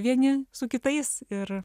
vieni su kitais ir